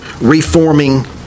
reforming